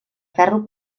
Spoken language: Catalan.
ferro